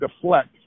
deflect